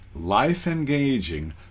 life-engaging